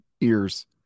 ears